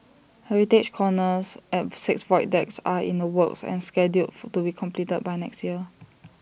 heritage corners at six void decks are in the works and scheduled to be completed by next year